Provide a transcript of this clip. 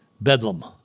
Bedlam